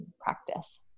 practice